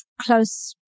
close